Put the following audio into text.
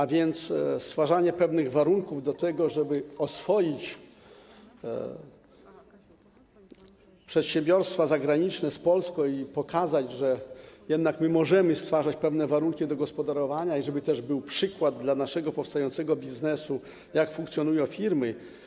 Chodziło o stwarzanie pewnych warunków do tego, żeby oswoić przedsiębiorstwa zagraniczne z Polską i pokazać, że jednak możemy stwarzać warunki do gospodarowania, i żeby był przykład dla naszego powstającego biznesu, jak funkcjonują firmy.